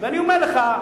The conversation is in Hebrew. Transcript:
אני אומר לך,